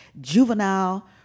Juvenile